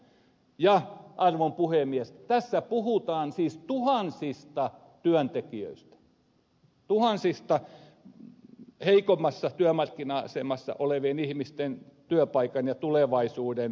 ja arvon puhemies tässä puhutaan siis tuhansista työntekijöistä tuhansien heikommassa työmarkkina asemassa olevien ihmisten työpaikan ja tulevaisuuden vaarantamisesta